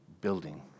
building